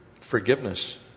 forgiveness